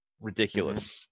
ridiculous